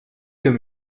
qu’un